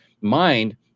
Mind